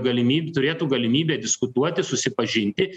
galimybių turėtų galimybę diskutuoti susipažinti